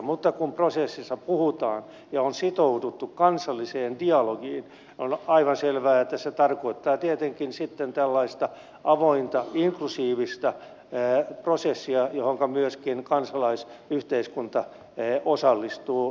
mutta kun prosessista puhutaan ja on sitouduttu kansalliseen dialogiin on aivan selvää että se tarkoittaa tietenkin sitten tällaista avointa inklusiivista prosessia johonka myöskin kansalaisyhteiskunta osallistuu täysimääräisenä